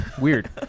Weird